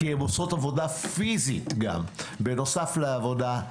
כי הן עושות עבודה פיזית גם בנוסף לעבודה הסדורה.